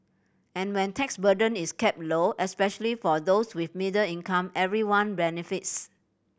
and when tax burden is kept low especially for those with middle income everyone benefits